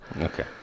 Okay